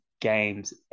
games